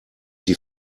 die